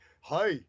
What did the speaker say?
hi